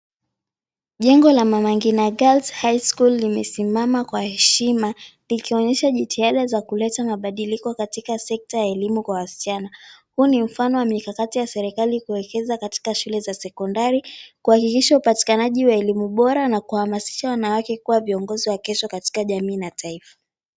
Jengo la Mama Ngina Girls High School limesimama kwa heshima likionyesha jitihada za kuleta mabadiliko katika sekta ya elimu kwa wasichana. Huu ni mfano wa mikakati ya serikali kuwekeza katika shule za sekondari kuhakikisha upatikanaji wa elimu bora na kuhamasisha wanawake kuwa viongozi wa kesho katika jamii na taifa.